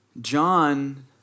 John